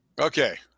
Okay